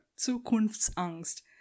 Zukunftsangst